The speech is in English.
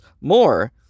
more